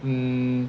um